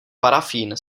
parafín